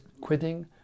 quitting